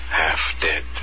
half-dead